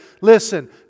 Listen